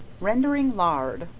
rendering lard.